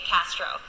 Castro